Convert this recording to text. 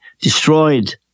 destroyed